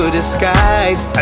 disguise